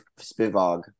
Spivog